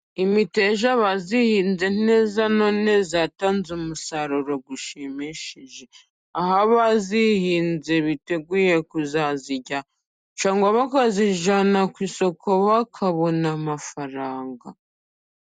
Imiteja abazyihinze neza none yatanze umusaruro ushimishije. Aha abayihinze biteguye kuzayirya, cyangwa bakayijyana ku isoko, bakabona amafaranga.